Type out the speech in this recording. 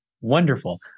Wonderful